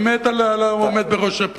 אני מת על העומד בראש משרד הפנים,